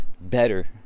better